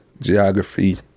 geography